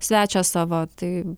svečią savo tai